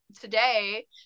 today